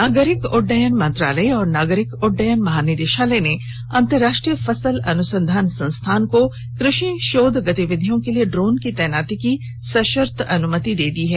नागरिक उड्डयन मंत्रालय और नागरिक उड्डयन महानिदेशालय ने अंतर्राष्ट्रीय फसल अनुसंधान संस्थान को कृषि शोध गतिविधियों के लिए ड्रोन की तैनाती की सशर्त अनुमति दे दी है